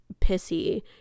pissy